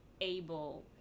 able